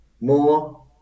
more